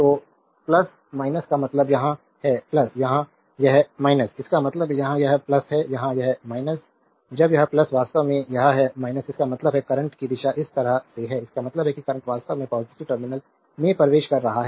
तो का मतलब यहाँ है यहाँ यह है इसका मतलब है यहाँ यह है यहाँ यह है जब यह वास्तव में यह है इसका मतलब है करंट की दिशा इस तरह से है इसका मतलब है करंट वास्तव में पॉजिटिव टर्मिनल में प्रवेश कर रहा है